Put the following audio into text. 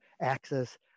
access